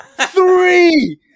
Three